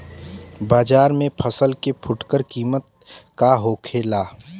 बाजार में फसल के फुटकर कीमत का होखेला?